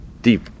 Deep